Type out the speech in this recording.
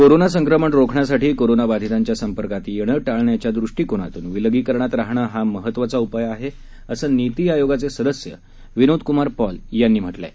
corona संक्रमण रोखण्यासाठी कोरोनाबाधितांच्या संपर्कात येणं टाळण्याच्या दृष्टीकोनातून विलगीकरणात रहाणं हा महत्त्वाचा उपाय आहे असं नीती आयोगाचे सदस्य विनोदकुमार पॉल यांनी म्हटलं आहे